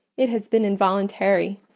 it has been involuntary,